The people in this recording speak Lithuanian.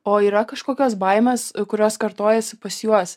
o yra kažkokios baimės kurios kartojasi pas juos